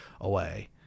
away